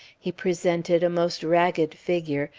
he presented a most ragged figure,